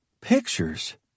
Pictures